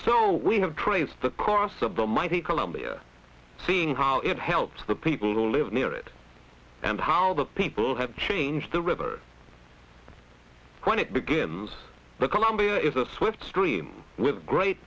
so we have traced the course of the mighty columbia seeing how it helps the people who live near it and how the people have changed the river when it begins the columbia is a swift stream with great